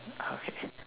okay